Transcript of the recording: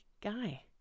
guy